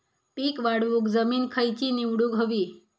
पीक वाढवूक जमीन खैची निवडुक हवी?